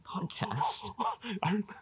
podcast